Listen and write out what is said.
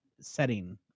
setting